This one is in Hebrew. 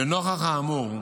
לנוכח האמור,